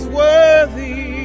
worthy